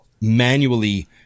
manually